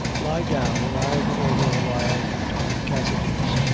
lie down, an' i'll go over awhile to tom cassidy's.